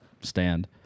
stand